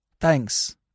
Thanks